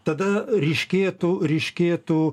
tada ryškėtų ryškėtų